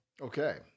Okay